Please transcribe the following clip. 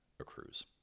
accrues